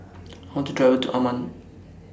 I want to travel to Amman